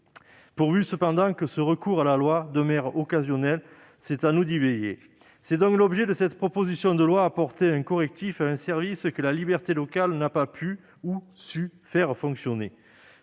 Pourvu, cependant, que ce recours à la loi demeure occasionnel ! Ce sera à nous d'y veiller. Tel est l'objet de cette proposition de loi : apporter un correctif à un service que la liberté locale n'a pas pu ou su faire fonctionner.